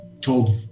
told